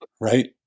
right